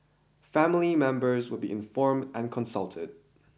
family members would be informed and consulted